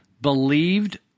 believed